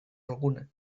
alguna